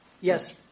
Yes